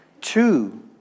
Two